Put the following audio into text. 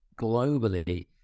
globally